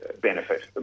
benefit